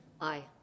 Aye